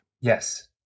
Yes